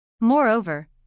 Moreover